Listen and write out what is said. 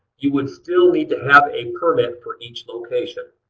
you would still need to have a permit for each location.